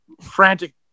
frantic